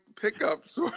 pickups